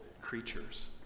creatures